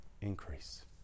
Increase